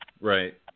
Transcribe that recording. Right